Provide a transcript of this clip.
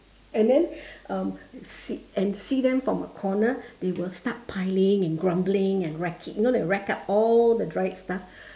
and then um see and see them from a corner they will start piling and grumbling and racking you know they rack up all the dried stuff